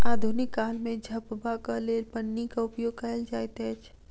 आधुनिक काल मे झपबाक लेल पन्नीक उपयोग कयल जाइत अछि